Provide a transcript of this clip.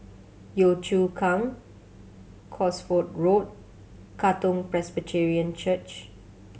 Yio Chu Kang Cosford Road Katong Presbyterian Church